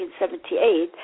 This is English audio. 1978